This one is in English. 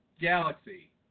galaxy